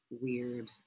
weird